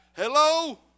Hello